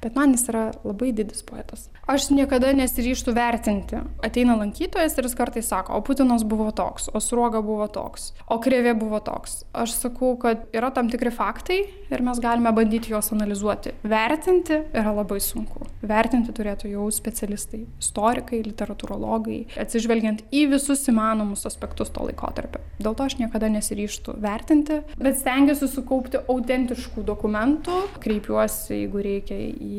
bet man jis yra labai didis poetas aš niekada nesiryžtu vertinti ateina lankytojas ir jis kartais sako o putinas buvo toks o sruoga buvo toks o krėvė buvo toks aš sakau kad yra tam tikri faktai ir mes galime bandyti juos analizuoti vertinti yra labai sunku vertinti turėtų jau specialistai istorikai literatūrologai atsižvelgiant į visus įmanomus aspektus to laikotarpio dėl to aš niekada nesiryžtu vertinti bet stengiuosi sukaupti autentiškų dokumentų kreipiuosi jeigu reikia į